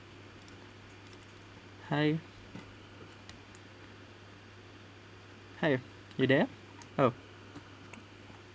hi hi you there oh